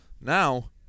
now